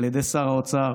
על ידי שר האוצר,